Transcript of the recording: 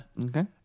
Okay